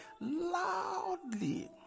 loudly